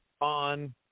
on